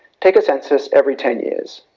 take a census every ten years.